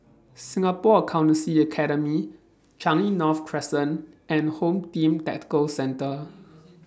Singapore Accountancy Academy Changi North Crescent and Home Team Tactical Centre